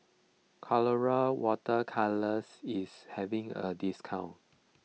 Colora Water Colours is having a discount